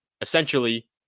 essentially